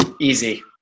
easy